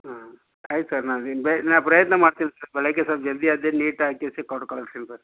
ಹಾಂ ಆಯ್ತು ಸರ್ ನಾನು ನಾನು ಪ್ರಯತ್ನ ಮಾಡ್ತೀನಿ ಸರ್ ಬೆಳಗ್ಗೆ ಸ್ವಲ್ಪ ಜಲ್ದಿ ಎದ್ದು ನೀಟಾಗಿಸಿ ಕೊಟ್ಟು ಕಳ್ಸ್ತೀನಿ ಸರ್